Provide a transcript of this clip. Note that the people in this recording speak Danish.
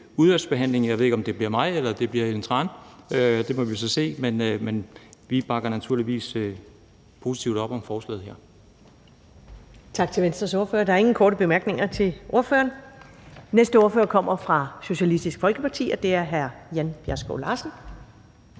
med mig, eller om det bliver med fru Ellen Trane Nørby, det må vi så se, men vi bakker naturligvis positivt op om forslaget her.